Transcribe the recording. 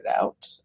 out